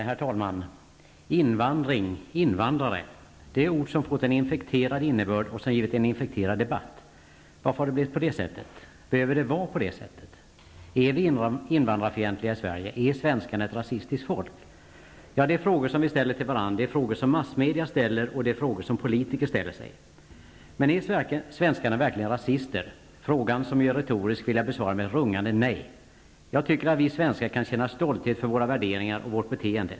Herr talman! Invandring och invandrare är ord som har fått en infekterad innebörd och som givit en infekterad debatt. Varför har det blivit på det sättet? Behöver det vara på det sättet? Är vi invandrarfientliga i Sverige? Är svenskarna ett rasistiskt folk? Ja, det är frågor som vi ställer till varandra, det är frågor som massmedia ställer, och det är frågor som politiker ställer. Men är svenskarna verkligen rasister? Frågan -- som ju är retorisk -- vill jag besvara med ett rungande nej. Jag tycker att vi svenskar kan känna stolthet över våra värderingar och vårt beteende.